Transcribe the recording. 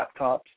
laptops